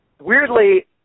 Weirdly